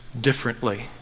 differently